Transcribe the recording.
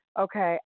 okay